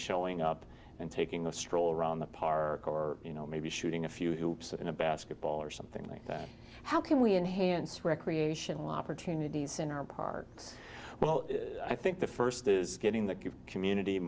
showing up and taking a stroll around the park or you know maybe shooting a few hoops in a basketball or something like that how can we enhance recreational opportunities in our parks well i think the first is getting that give community